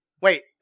Wait